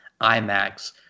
IMAX